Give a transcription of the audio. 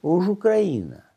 o už ukrainą